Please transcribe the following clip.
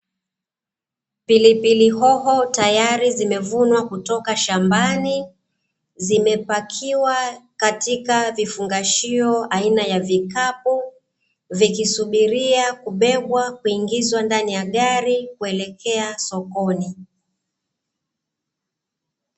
Pilipili hoho tayari zimevunwa kutoka shambani zimepakiwa katika vifungashio aina ya vikapu, vikisubiria kubebwa kuingizwa ndani ya gari kwenda sokoni.